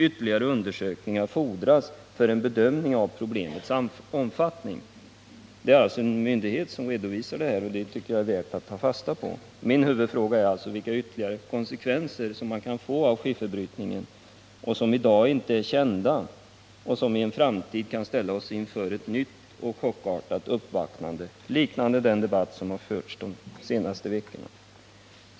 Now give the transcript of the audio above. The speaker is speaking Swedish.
Ytterligare undersökningar fordras för en bedömning av problemets omfattning. Det är alltså en myndighet som redovisar detta, och det tycker jag man bör ta fasta på. Min huvudfråga är: Vilka ytterligare konsekvenser kan skifferbrytning få — konsekvenser som i dag inte är kända men som i en framtid kan ställa oss inför ett nytt och chockartat uppvaknande och ge upphov till en debatt liknande den som förts den senaste veckan?